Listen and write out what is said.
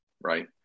right